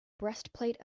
breastplate